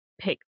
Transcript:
pick